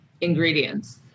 ingredients